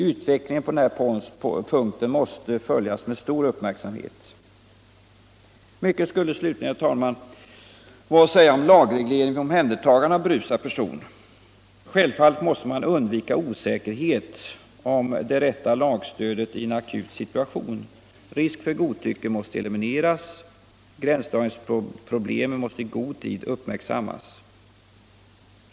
Utvecklingen på den punkten måste förvisso följas med stor uppmärksamhet. Mycket skulle slutligen, herr talman, vara att säga om lagregleringen vid omhändertagande av berusad person. Självfallet måste man undvika osäkerhet om det rätta lagstödet i en akut situation. Risk för godtycke måste elimineras. Gränsdragningsproblemen måste i god tid uppmärksammas.